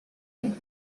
him